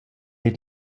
eir